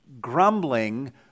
grumbling